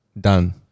Done